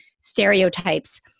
stereotypes